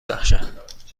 بخشد